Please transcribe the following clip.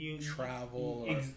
travel